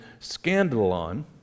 scandalon